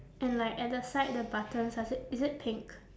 and like at the side the buttons does it is it pink